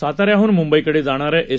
साताऱ्याहून मुंबईकडे जाणारया एस